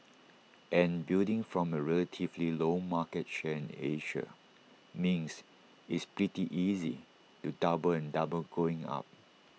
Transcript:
and building from A relatively low market share in Asia means it's pretty easy to double and double going up